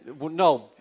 No